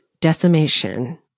decimation